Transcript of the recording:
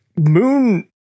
Moon